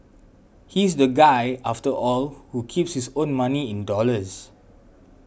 he's the guy after all who keeps his own money in dollars